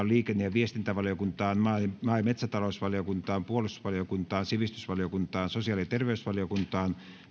liikenne ja viestintävaliokuntaan maa ja maa ja metsätalousvaliokuntaan puolustusvaliokuntaan sivistysvaliokuntaan sosiaali ja terveysvaliokuntaan